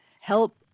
help